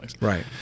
Right